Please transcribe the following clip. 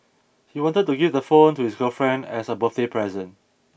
he wanted to give the phone to his girlfriend as a birthday present